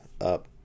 up